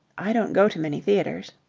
i don't go to many theatres.